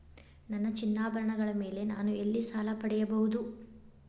ನನ್ನ ಚಿನ್ನಾಭರಣಗಳ ಮೇಲೆ ನಾನು ಎಲ್ಲಿ ಸಾಲ ಪಡೆಯಬಹುದು?